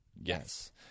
Yes